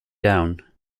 down